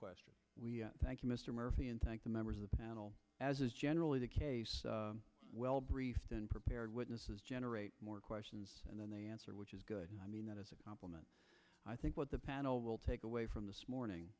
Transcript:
question we thank you mr murphy and thank the members of the panel as is generally the case well briefed and prepared witnesses generate more questions and then they answer which is good i mean that as a compliment i think what the panel will take away from this morning